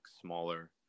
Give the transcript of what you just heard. smaller